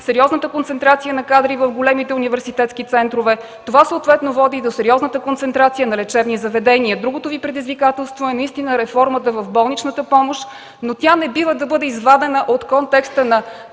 Сериозната концентрация на кадри в големите университетски центрове – това съответно води до сериозната концентрация на лечебни заведения. Другото Ви предизвикателство е реформата в болничната помощ, но тя не бива да бъде извадена от контекста на